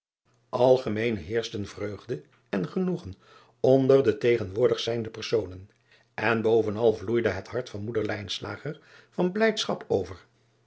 lgemeen heerschten vreugde en genoegen onder de tegenwoordig zijnde personen en bovenal vloeide het hart van moeder van blijdschap over